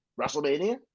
WrestleMania